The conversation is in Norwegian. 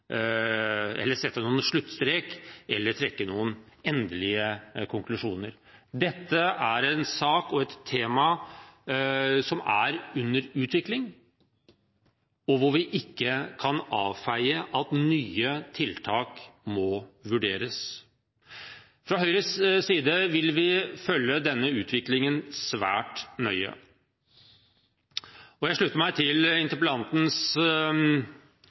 endelige konklusjoner for. Dette er en sak og et tema som er under utvikling, og hvor vi ikke kan avfeie at nye tiltak må vurderes. Fra Høyres side vil vi følge denne utviklingen svært nøye. Jeg slutter meg til interpellantens